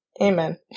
Amen